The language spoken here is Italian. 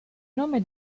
nome